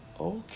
okay